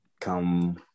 come